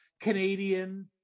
Canadian